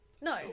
No